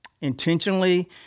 intentionally